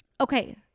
Okay